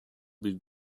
bir